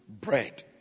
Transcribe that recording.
bread